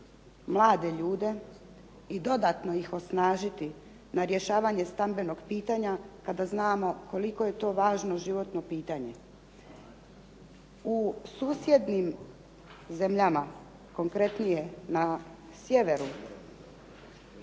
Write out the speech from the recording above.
mlade ljude i dodatno ih osnažiti na rješavanje stambenog pitanja kada znamo koliko je to važno životno pitanje. U susjednim zemljama, konkretnije na sjeveru